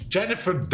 Jennifer